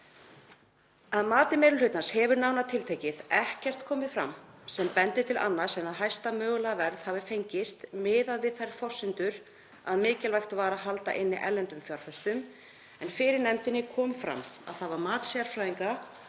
Að mati meiri hlutans hefur nánar tiltekið ekkert komið fram sem bendir til annars en að hæsta mögulega verð hafi fengist miðað við þær forsendur að mikilvægt var að halda inni erlendum fjárfestum. Fyrir nefndinni kom fram að það var mat sérfræðinga